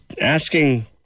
asking